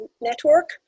Network